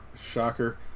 Shocker